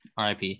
RIP